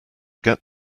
get